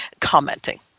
commenting